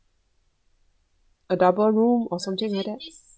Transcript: a double room or something like that